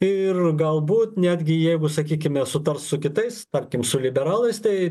ir galbūt netgi jeigu sakykime sutars su kitais tarkim su liberalais tai